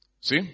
See